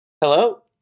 hello